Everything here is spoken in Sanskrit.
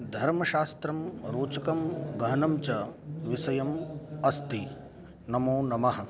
धर्मशास्त्रं रोचकं गहनं च विसयम् अस्ति नमो नमः